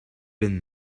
been